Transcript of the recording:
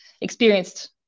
experienced